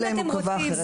אלא אם הוא קבע אחרת,